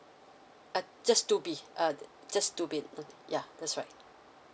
err just two B uh just two B uh yeah that's right